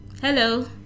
Hello